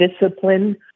discipline